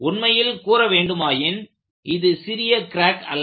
உண்மையில் கூற வேண்டுமாயின் இது சிறிய கிராக் அல்ல